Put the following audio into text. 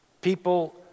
People